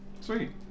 Sweet